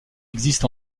existe